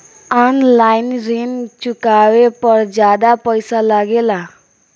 आन line ऋण चुकावे पर ज्यादा पईसा लगेला?